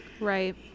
right